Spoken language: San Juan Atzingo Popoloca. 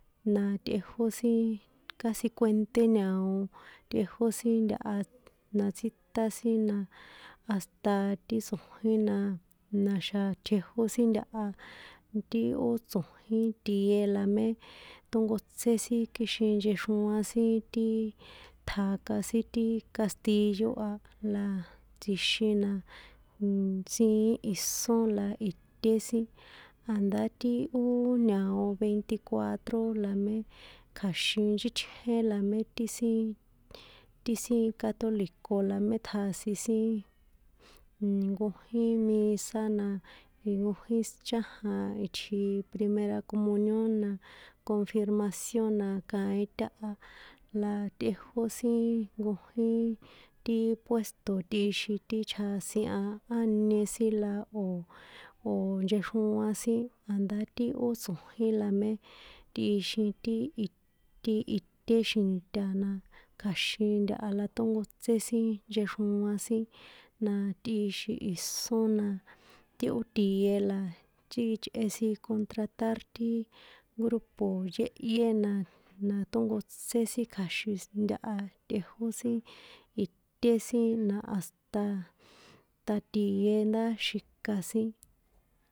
Na tꞌejó sin kasi kuenṭé ña̱o tꞌejó sin ntaha na tsítán sin na hasta ti tso̱jín na, na̱xa̱ tjejó sin ntaha, ti ó tso̱jín tië la mé tónkotsé sin kixin nchexroan sin ti tjaka sin ti castillo a, la tsjixin na, siín isón la ité sin. a̱ndá ti ó ña̱o 24 la mé kja̱xin nchítjén la mé ti sin, ti sin catolico la mé tjasin sin nnn, nkojín misa na, nkojín chájan itji primera comunión na kofirmació na kaín táha la tꞌejó sin nkojín ti puesto tꞌixin ti chjasin a, á nie sin la o̱, o nchexroan sin a̱ndá ti ó tso̱jín la mé tꞌixin ti, ti ité xinta na kja̱xin ntaha na tónkotsé sin nchexroan sin na, na tꞌixin isón na, ti ó tië la chíchꞌe sin kontratar ti grupo yéhyé na ṭónkotsé sin kja̱xin sin nntaha tꞌejó sin ité sin, na hasta, ta̱ tië ndá xika sin.